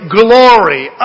glory